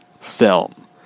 film